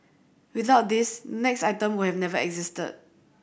without this next item will never existed